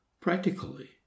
practically